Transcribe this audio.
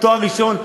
תואר ראשון,